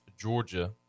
Georgia